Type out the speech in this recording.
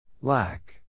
Lack